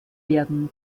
werden